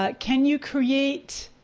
but can you create,